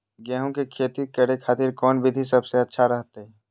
गेहूं के खेती करे खातिर कौन विधि सबसे अच्छा रहतय?